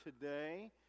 today